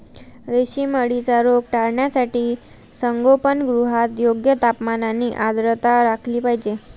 रेशीम अळीचा रोग टाळण्यासाठी संगोपनगृहात योग्य तापमान आणि आर्द्रता राखली पाहिजे